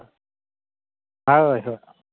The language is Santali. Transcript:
ᱦᱳᱭ ᱦᱳᱭ